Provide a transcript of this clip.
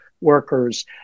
workers